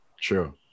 True